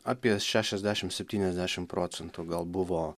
apie šešiasdešim septyniasdešim procentų gal buvo